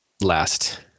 last